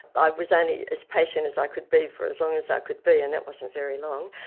i was only as patient as i could be for as long as i could be and that wasn't very long,